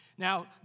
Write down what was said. Now